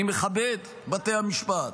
אני מכבד את בתי המשפט,